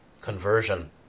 conversion